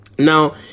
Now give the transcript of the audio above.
Now